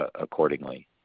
accordingly